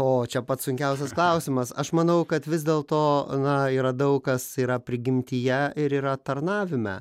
o čia pats sunkiausias klausimas aš manau kad vis dėlto na yra daug kas yra prigimtyje ir yra tarnavime